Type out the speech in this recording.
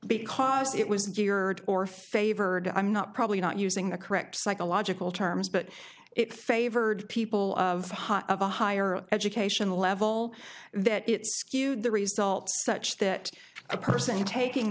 because it was geared or favored i'm not probably not using the correct psychological terms but it favored people of a higher educational level that it skewed the results such that a person taking